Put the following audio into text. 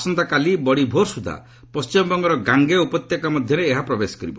ଆସନ୍ତାକାଲି ବଡ଼ି ଭୋର୍ ସୁଦ୍ଧା ପଣ୍ଢିମବଙ୍ଗର ଗାଙ୍ଗେୟ ଉପତ୍ୟକା ମଧ୍ୟରେ ଏହା ପ୍ରବେଶ କରିବ